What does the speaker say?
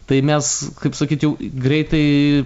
tai mes kaip sakyt jau greitai